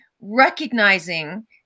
recognizing